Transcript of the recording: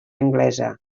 anglesa